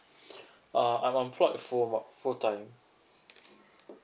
uh I'm employed full about full time